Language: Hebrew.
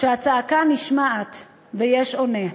שהצעקה נשמעת ויש עונה.